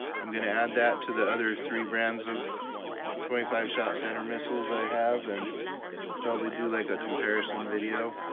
i'm going to add that to the other three brands of twenty five shot saturn missiles i have and probably do like a comparison video.